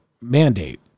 mandate